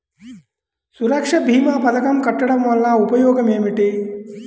సురక్ష భీమా పథకం కట్టడం వలన ఉపయోగం ఏమిటి?